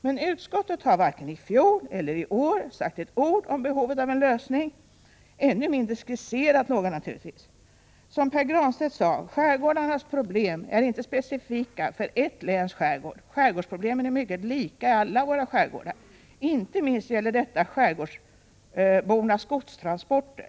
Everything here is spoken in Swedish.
Men utskottet har varken i fjol eller i år sagt ett ord om behovet av en lösning, ännu mindre skisserat någon naturligtvis. Som Pär Granstedt sade: Skärgårdarnas problem är inte specifika för ett läns skärgård. Skärgårdsproblemen är mycket lika i alla våra skärgårdar. Inte minst gäller detta skärgårdsbornas godstransporter.